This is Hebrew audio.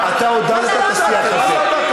אתה עודדת את השיח הזה.